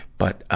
but,